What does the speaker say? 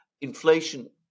inflation